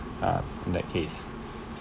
um in that case